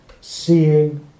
seeing